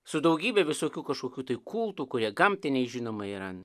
su daugybe visokių kažkokių tai kultų kurie gamtiniai žinoma yra